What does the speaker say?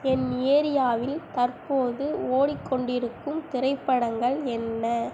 என் ஏரியாவில் தற்போது ஓடிக்கொண்டிருக்கும் திரைப்படங்கள் என்ன